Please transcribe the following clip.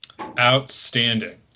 Outstanding